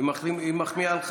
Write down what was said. היא מחמיאה לך.